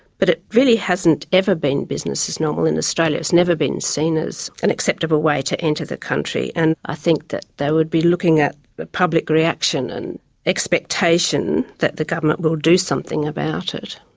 but it really hasn't ever been business as normal in australia, it's never been seen as an acceptable way to enter the country, and i think that they would be looking at the public reaction and expectation that the government will do something about it.